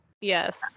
Yes